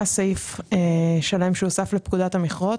היה סעיף שלם שהוסף לפקודת המכרות.